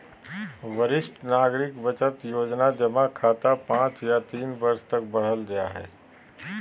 वरिष्ठ नागरिक बचत योजना जमा खाता पांच या तीन वर्ष तक बढ़ल जा हइ